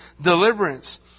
deliverance